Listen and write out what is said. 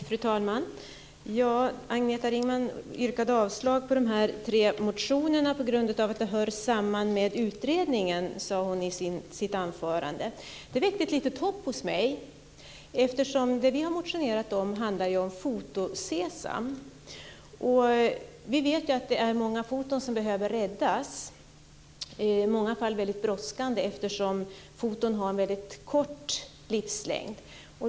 Fru talman! Agneta Ringman sade i sitt anförande att hon yrkar avslag på dessa tre motioner på grund av att de hör samman med utredningen. Det väckte ett litet hopp hos mig. Det vi har motionerat om är Foto-SESAM. Vi vet att många foton behöver räddas. I många fall är det väldigt brådskande, eftersom foton har en väldigt kort livslängd.